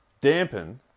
dampen